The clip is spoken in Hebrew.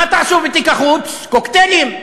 מה תעשו בתיק החוץ, קוקטיילים?